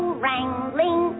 wrangling